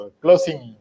closing